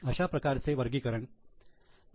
अशा प्रकारचे वर्गीकरण आय